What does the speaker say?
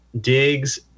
Digs